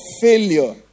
failure